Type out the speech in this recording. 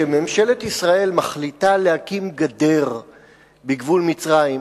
כשממשלת ישראל מחליטה להקים גדר בגבול מצרים,